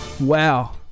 Wow